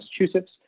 Massachusetts